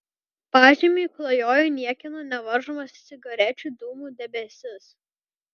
pažemiui klajojo niekieno nevaržomas cigarečių dūmų debesis